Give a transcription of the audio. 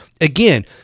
again